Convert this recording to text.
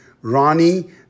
Ronnie